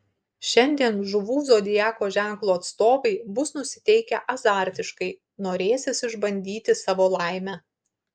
šiandien žuvų zodiako ženklo atstovai bus nusiteikę azartiškai norėsis išbandyti savo laimę